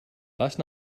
last